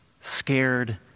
scared